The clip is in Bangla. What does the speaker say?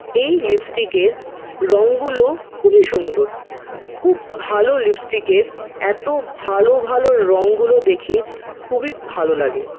এই লিপস্টিকের রঙগুলো খুবই সুন্দর খুব ভালো লিপস্টিকের এত ভালো ভালো রঙগুলো দেখে খুবই ভালো লাগে